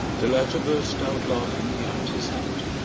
the latter bursts out laughing behind his hand.